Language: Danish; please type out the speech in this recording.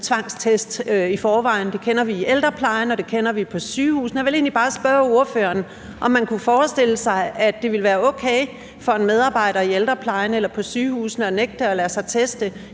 tvangstest i forvejen. Det kender vi i ældreplejen, og det kender vi på sygehusene. Jeg vil egentlig bare spørge ordføreren, om man kunne forestille sig, at det ville være okay for en medarbejder i ældreplejen eller på sygehusene at nægte at lade sig teste